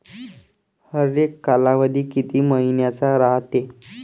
हरेक कालावधी किती मइन्याचा रायते?